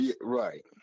Right